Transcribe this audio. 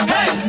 Hey